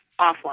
offline